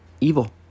evil